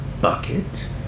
bucket